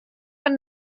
fan